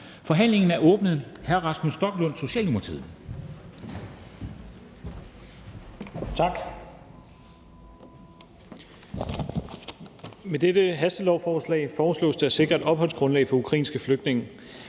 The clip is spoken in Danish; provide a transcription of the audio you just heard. Forhandlingen er åbnet. Hr. Rasmus Stoklund, Socialdemokratiet.